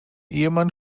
ehemann